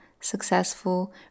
successful